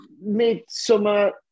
mid-summer